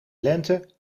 lente